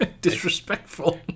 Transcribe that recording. disrespectful